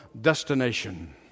destination